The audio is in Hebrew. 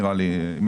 נראה לי.